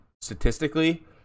statistically